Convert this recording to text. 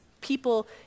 People